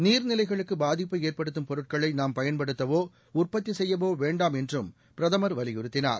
நீர் நிலைகளுக்கு பாதிப்பை ஏற்படுத்தும் பொருட்களை நாம் பயன்படுத்தவோ உற்பத்தி செய்யவோ வேண்டாம் என்றும் பிரதமர் வலியுறுத்தினார்